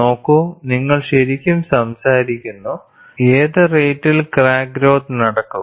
നോക്കൂ നിങ്ങൾ ശരിക്കും സംസാരിക്കുന്നു ഏത് റേറ്റിൽ ക്രാക്ക് ഗ്രോത്ത് നടക്കും